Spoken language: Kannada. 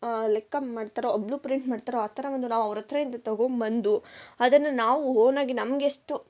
ಲೆಕ್ಕ ಮಾಡ್ತಾರೋ ಬ್ಲೂ ಪ್ರಿಂಟ್ ಮಾಡ್ತಾರೋ ಆ ಥರ ಒಂದು ನಾವು ಅವರ ಹತ್ರದಿಂದ ತೊಗೊಂಬಂದು ಅದನ್ನು ನಾವು ಓನಾಗಿ ನಮ್ಗೆಷ್ಟು